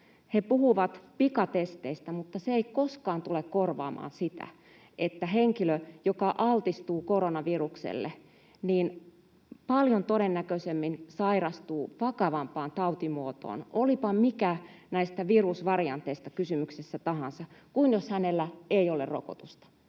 He puhuvat pikatesteistä, mutta se ei koskaan tule korvaamaan sitä, että henkilö, joka altistuu koronavirukselle, paljon todennäköisemmin sairastuu vakavampaan tautimuotoon, olipa kysymyksessä mikä tahansa näistä virusvarianteista, jos hänellä ei ole rokotusta.